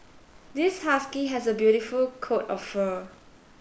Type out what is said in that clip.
this husky has a beautiful coat of fur